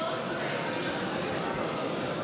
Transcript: (קורא בשמות חברי הכנסת)